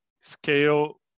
scale